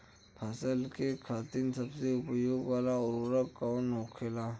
फसल के खातिन सबसे उपयोग वाला उर्वरक कवन होखेला?